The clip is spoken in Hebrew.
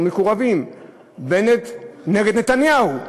בנט נגד נתניהו: